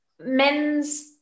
men's